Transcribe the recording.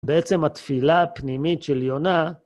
בעצם התפילה הפנימית של יונה,